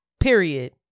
period